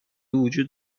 وجود